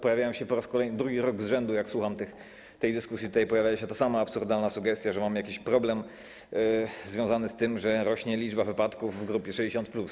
Po raz kolejny, drugi rok z rzędu, jak słucham tej dyskusji, pojawia się ta sama absurdalna sugestia, że mamy jakiś problem związany z tym, że rośnie liczba wypadków w grupie 60+.